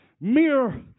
Mere